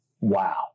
Wow